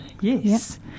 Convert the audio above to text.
Yes